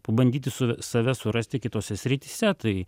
pabandyti su save surasti kitose srityse tai